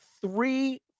three